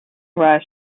rush